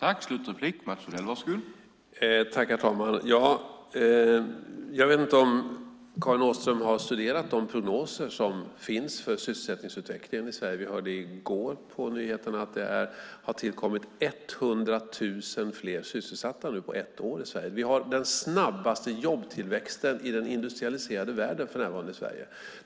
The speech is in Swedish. Herr talman! Jag vet inte om Karin Åström har studerat de prognoser som finns för sysselsättningsutvecklingen i Sverige. Vi hörde i går på nyheterna att det har tillkommit 100 000 fler sysselsatta på ett år i Sverige. Vi har i Sverige den snabbaste jobbtillväxten i den industrialiserade världen för närvarande.